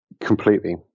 Completely